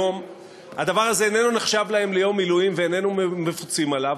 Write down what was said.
היום הדבר הזה איננו נחשב להם ליום מילואים והם אינם מפוצים עליו,